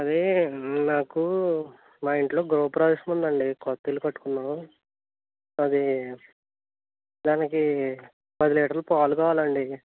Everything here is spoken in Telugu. అది నాకు మా ఇంట్లో గృహప్రవేశం ఉంది అండి కొత్త ఇల్లు కట్టుకున్నాం అది దానికి పది లీటర్లు పాలు కావాలండి